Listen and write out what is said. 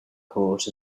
court